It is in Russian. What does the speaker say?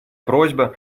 просьба